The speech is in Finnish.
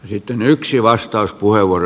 sitten yksi vastauspuheenvuoro